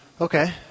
Okay